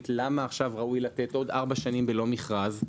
למה עכשיו ראוי לתת עוד ארבע שנים בלא מכרז.